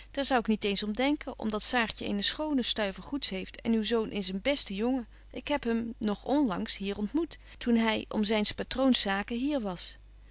daar zou ik niet eens om denken om dat saartje eene schoone stuiver goeds heeft en uw zoon is een beste jongen ik heb hem nog onlangs hier ontmoet toen hy om zyn's patroons zaken hier was